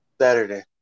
Saturday